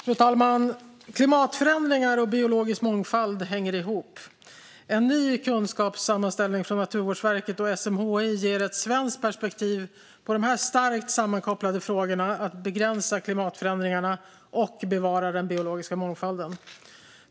Fru talman! Klimatförändringar och biologisk mångfald hänger ihop. En ny kunskapssammanställning från Naturvårdsverket och SMHI ger ett svenskt perspektiv på de starkt sammankopplade frågorna att begränsa klimatförändringarna och bevara den biologiska mångfalden.